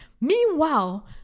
Meanwhile